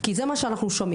כי זה מה שאנחנו שומעים.